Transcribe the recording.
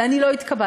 ואני לא התקבלתי.